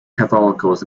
catholicos